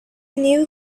knew